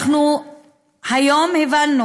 היום הבנו